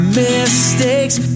mistakes